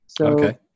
Okay